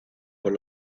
por